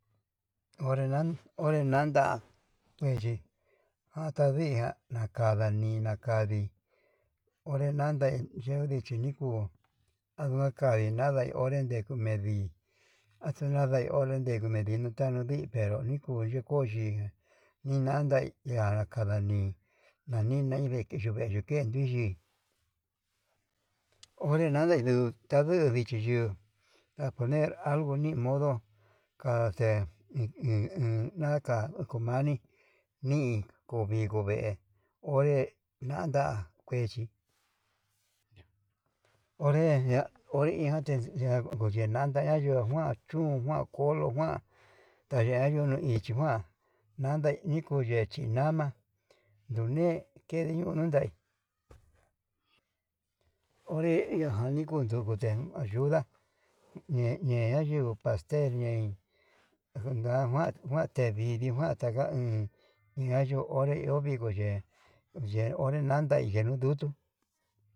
Oredan orelanda ye'e atandui ján, nakani ndakadi orenandai yo'o ndichi nii kuu namakai onre ndekuu medii nadada kai nada onré ndejumevi atunadai onré nikuu menduta, nadii pero naku yukuu oyii ninandai iha kadani naninei ndekidukei, ndiyi onrei nadai duu anduu ndiyuu naguner anduu ni'i modo kandate i iin ndata ndukumari nii ko vinguo vee, onre nanda kuéchi onre ñoi injate yundena'a ndadaio nda chun okuan kolo njuan taya yondo ichí, kuan ndanda iko'o ye'e yinama yune'e yedi ñuu nundai onre ñajan ninduku kutunde ayuda, ñeñe ayuu pastel ñei ndeda kuan tevii nidijuan taka uun njuanyuu onré ndio viko ye'e ye nanda onre yuu yutuu.